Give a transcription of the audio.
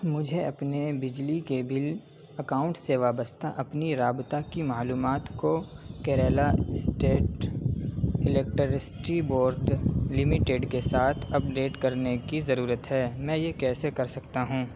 مجھے اپنے بجلی کے بل اکاؤنٹ سے وابستہ اپنی رابطہ کی معلومات کو Kerala State Electricity Board Limited کے ساتھ اپڈیٹ کرنے کی ضرورت ہے میں یہ کیسے کر سکتا ہوں